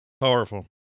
Powerful